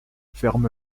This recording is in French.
ferme